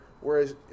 Whereas